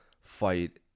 fight